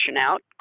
out